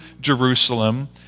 Jerusalem